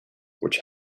which